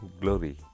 glory